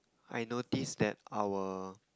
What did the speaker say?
I notice that our